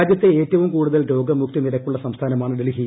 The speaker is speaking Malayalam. രാജ്യത്തെ ഏറ്റവും കൂടുതൽ രോഗമുക്തി നിരക്കുള്ള സംസ്ഥാനമാണ് ഡൽഹി